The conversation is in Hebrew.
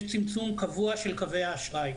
יש צמצום קבוע של קווי האשראי.